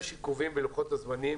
יש עיכובים בלוחות הזמנים,